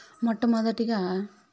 మొట్టమొదటిగా